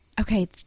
okay